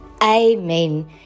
amen